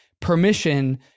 permission